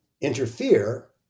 interfere